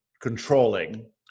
controlling